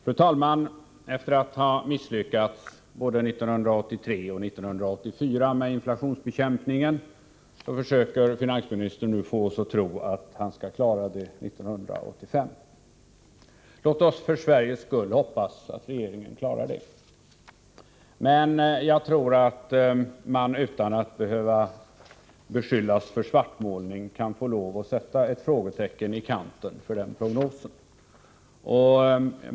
Fru talman! Efter att ha misslyckats med inflationsbekämpningen både 1983 och 1984 försöker finansministern nu få oss att tro att han skall klara den 1985. Låt oss för Sveriges skull hoppas att regeringen klarar detta. Men jag tror att man utan att behöva beskyllas för svartmålning kan få lov att sätta ett frågetecken i kanten för den prognosen.